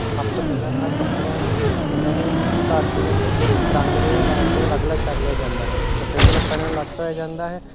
ਸਭ ਤੋਂ ਪਹਿਲਾਂ ਤਾਂ ਕੱਪੜਿਆਂ ਨੂੰ ਉਹਨਾਂ ਦੀ ਧਾਤੂ ਅਤੇ ਰੰਗ ਦੇ ਅਧਾਰ 'ਤੇ ਅਲੱਗ ਅਲੱਗ ਕਰ ਲਿਆ ਜਾਂਦਾ ਹੈ ਸਫੇਦ ਕੱਪੜਿਆ ਨੂੰ ਅਲੱਗ ਧੋਇਆ ਜਾਂਦਾ ਹੈ